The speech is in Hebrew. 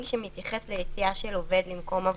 שמתייחס ליציאה של עובד למקום עבודתו.